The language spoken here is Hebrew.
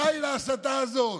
די להסתה הזאת.